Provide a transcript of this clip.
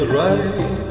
right